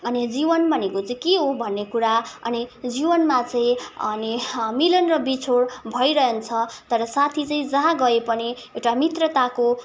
अनि जीवन भनेको चाहिँ के हो भन्ने कुरा अनि जीवनमा चाहिँ अनि मिलन र बिछोड भइरहन्छ तर साथी चाहिँ जहाँ गएपनि एउटा मित्रताको